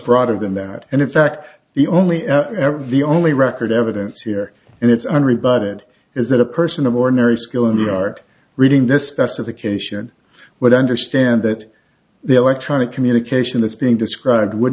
broader than that and in fact the only the only record evidence here and it's on rebut it is that a person of ordinary skill in the art reading this specification would understand that the electronic communication that's being described would